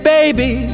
Baby